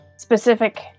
specific